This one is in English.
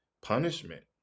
punishment